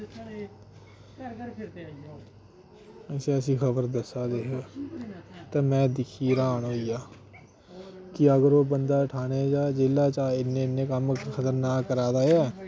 ऐसी ऐसी खबर दस्सा दे हे ते में दिक्खी रहान होइया कि अगर ओह् बंदा ठाने जां जेला च इ'न्ने इ'न्ने कम्म खतरनाक करा दा ऐ